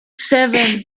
seven